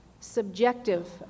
subjective